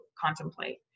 contemplate